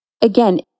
Again